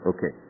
Okay